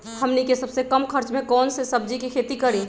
हमनी के सबसे कम खर्च में कौन से सब्जी के खेती करी?